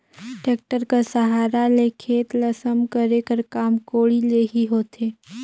tractor कर सहारा ले खेत ल सम करे कर काम कोड़ी ले ही होथे